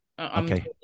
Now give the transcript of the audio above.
okay